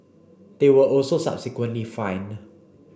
they were also subsequently fined